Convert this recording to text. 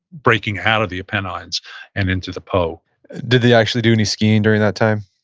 breaking out of the apennines and into the po did they actually do any skiing during that time?